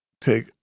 take